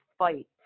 fight